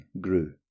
grew